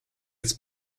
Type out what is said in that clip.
its